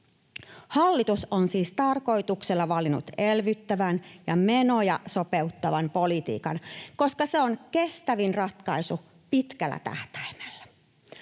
Hallitus on siis tarkoituksella valinnut elvyttävän ja menoja sopeuttavan politiikan, koska se on kestävin ratkaisu pitkällä tähtäimellä.